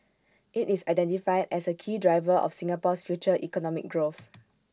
IT is identified as A key driver of Singapore's future economic growth